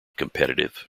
competitive